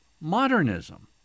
modernism